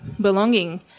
belonging